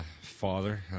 father